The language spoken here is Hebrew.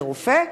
לרופא,